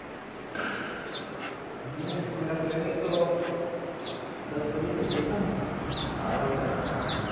मैं मेरा क्लेनिक तो दस बजे से खुलता है बारह बजे तक